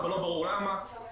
רק לא ברור למה.